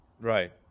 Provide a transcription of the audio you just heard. Right